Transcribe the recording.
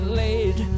laid